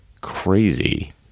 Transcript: crazy